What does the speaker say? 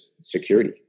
security